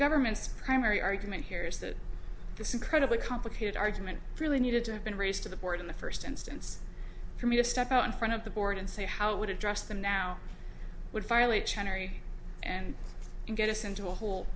government's primary argument here is that this incredibly complicated argument really needed to have been raised to the board in the first instance for me to step out in front of the board and say how would address them now would violate and get us into a whole